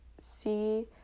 see